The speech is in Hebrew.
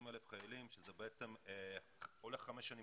320,000 חיילים שזה בעצם הולך חמש שנים